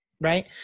right